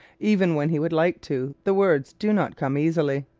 even when he would like to, the words do not come easily.